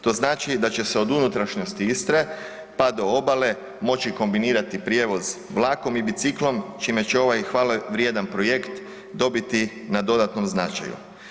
To znači da će se od unutrašnjosti Istre pa do obale moći kombinirati prijevoz vlakom i biciklom, čime će ovaj hvale vrijedan projekt dobiti na dodatnom značaju.